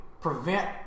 prevent